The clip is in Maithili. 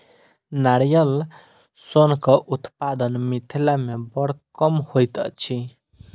नारियल सोनक उत्पादन मिथिला मे बड़ कम होइत अछि